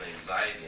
anxiety